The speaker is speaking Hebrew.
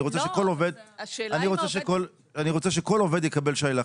אני רוצה שכל עובד יקבל שי לחג.